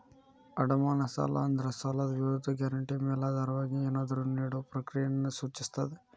ಅಡಮಾನ ಸಾಲ ಅಂದ್ರ ಸಾಲದ್ ವಿರುದ್ಧ ಗ್ಯಾರಂಟಿ ಮೇಲಾಧಾರವಾಗಿ ಏನಾದ್ರೂ ನೇಡೊ ಪ್ರಕ್ರಿಯೆಯನ್ನ ಸೂಚಿಸ್ತದ